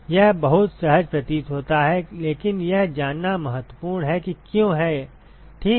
यह बहुत सहज प्रतीत होता है लेकिन यह जानना महत्वपूर्ण है कि क्यों है ठीक